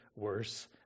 worse